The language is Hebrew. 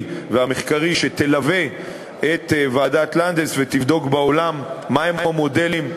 והמחקרי שתלווה את ועדת לנדס ותבדוק בעולם מה הם המודלים,